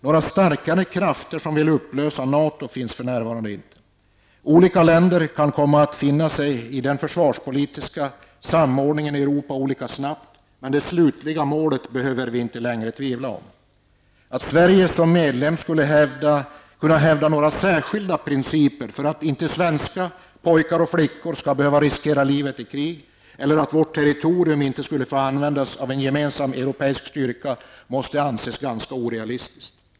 Några starkare krafter som vill upplösa NATO finns det för närvarande inte. Olika länder kan komma att finna sig i den försvarspolitiska samordningen i Europa olika snabbt. Men när det gäller det slutliga målet behöver vi inte längre hysa några tvivel. Att Sverige som medlem skulle kunna hävda några särskilda principer för att svenska pojkar och flickor inte skall behöva riskera livet i krig eller för att vårt territorium inte får användas av en gemensam europeisk styrka måste anses vara ganska orealistiskt.